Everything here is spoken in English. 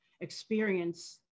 experience